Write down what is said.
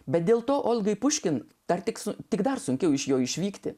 bet dėl to olgai puškin dar teks tik dar sunkiau iš jo išvykti